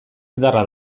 indarra